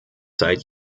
seit